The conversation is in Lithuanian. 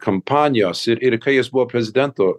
kampanijos ir ir kai jis buvo prezidentu